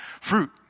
fruit